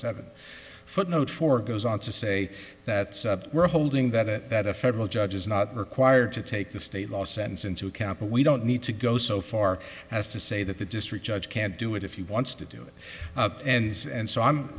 seven footnote four goes on to say that we're holding that it that a federal judge is not required to take the state law sense into account but we don't need to go so far as to say that the district judge can't do it if he wants to do it and he's and so